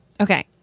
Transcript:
Okay